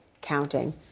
counting